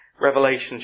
Revelation